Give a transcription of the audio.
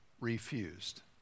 Refused